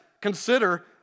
consider